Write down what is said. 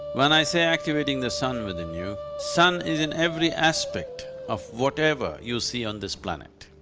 when i say activating the sun within you, sun is in every aspect of whatever you see on this planet.